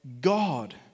God